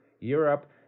Europe